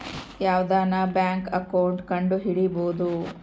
ಯಾವ್ದನ bank account ಕಂಡುಹಿಡಿಬೋದು